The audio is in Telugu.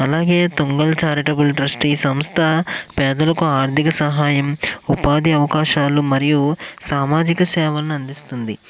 అలాగే తుంగల్ చారిటబుల్ ట్రస్ట్ ఈ సంస్థ పేదలకు ఆర్థిక సహాయం ఉపాధి అవకాశాలు మరియు సామాజిక సేవలను అందిస్తుంది